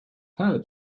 help